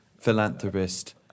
philanthropist